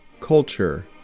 culture